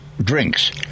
drinks